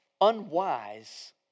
unwise